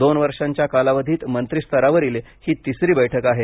दोन वर्षांच्या कालावधीत मंत्रीस्तरावरील ही तिसरी बैठक आहे